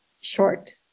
short